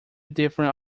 different